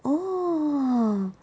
orh